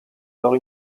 loro